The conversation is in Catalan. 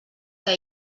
que